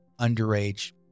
underage